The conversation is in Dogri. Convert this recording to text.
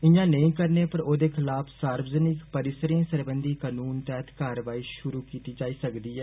इयां नेईं करने पर ओदे खिलाफ सार्वजनिक परिसरें सरबंधी कनून तैहत कारवाई षुरु कीती जाई सकदी ऐ